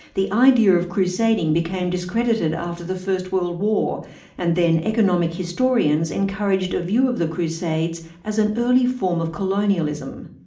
the idea of crusading became discredited after the first world war and then economic historians encouraged a view of the crusades as an early form of colonialism.